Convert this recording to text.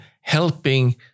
helping